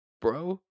Bro